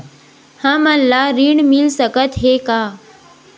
हमन ला ऋण मिल सकत हे का?